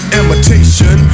imitation